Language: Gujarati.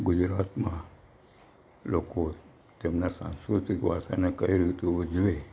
ગુજરાતમાં લોકો તેમના સાંસ્કૃતિક વારસાને કઈ રીતે ઉજવે